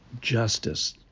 justice